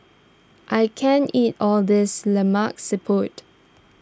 I can't eat all this Lemak Siput